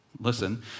Listen